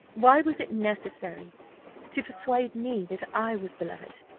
why was it necessary to persuade me that i was beloved?